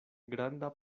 granda